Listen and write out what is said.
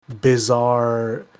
bizarre